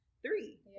Three